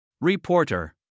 Reporter